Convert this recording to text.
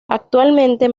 actualmente